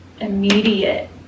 immediate